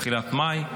תחילת מאי,